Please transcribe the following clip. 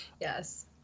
Yes